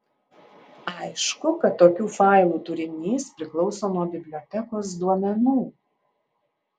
aišku kad tokių failų turinys priklauso nuo bibliotekos duomenų